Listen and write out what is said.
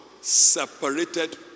Separated